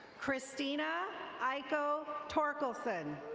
christina iko torkilson.